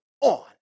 on